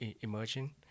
emerging